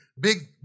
big